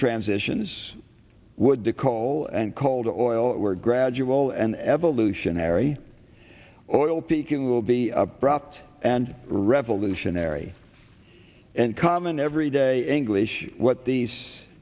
transitions would the coal and coal to oil were gradual and evolutionary oil peaking will be abrupt and revolutionary and common every day english what these